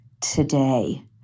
today